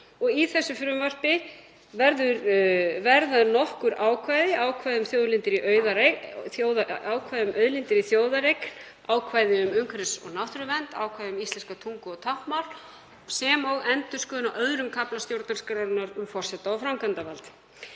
Í þessu frumvarpi verða nokkur ákvæði; ákvæði um auðlindir í þjóðareign, ákvæði um umhverfis- og náttúruvernd, ákvæði um íslenska tungu og táknmál, sem og endurskoðun á II. kafla stjórnarskrárinnar, um forseta og framkvæmdarvald.